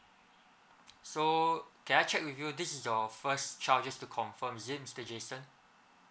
so can I check with you this is your first child just to confirm is it mister jason